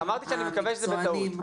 המקצוענים,